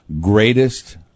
Greatest